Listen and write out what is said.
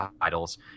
titles